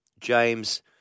James